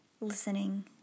listening